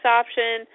option